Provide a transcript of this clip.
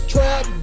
Trap